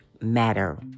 Matter